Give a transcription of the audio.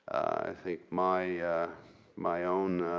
think my my own